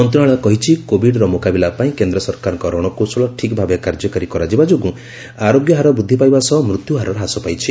ମନ୍ତ୍ରଣାଳୟ କହିଛି କୋଭିଡର ମ୍ରକାବିଲା ପାଇଁ କେନ୍ଦ୍ର ସରକାରଙ୍କ ରଣକୌଶଳ ଠିକ୍ଭାବେ କାର୍ଯ୍ୟକାରୀ କରାଯିବା ଯୋଗୁଁ ଆରୋଗ୍ୟହାର ବୃଦ୍ଧି ପାଇବା ସହ ମୃତ୍ୟୁହାର ହ୍ରାସ ପାଇଛି